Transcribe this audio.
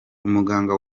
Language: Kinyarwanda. umuganga